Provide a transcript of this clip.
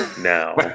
now